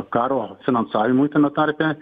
karo finansavimui tame tarpe